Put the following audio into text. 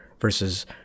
versus